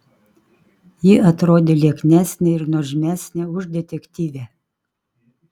ji atrodė lieknesnė ir nuožmesnė už detektyvę